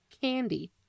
Candy